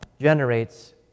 generates